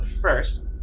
first